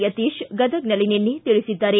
ಯತೀಶ ಗದಗ್ನಲ್ಲಿ ನಿನ್ನೆ ತಿಳಿಸಿದ್ದಾರೆ